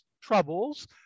troubles